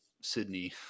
Sydney